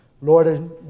Lord